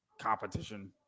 competition